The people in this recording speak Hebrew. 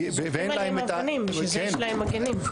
זרקו עליהם אבנים, בשביל זה יש להם מגנים.